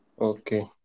Okay